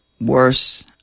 worse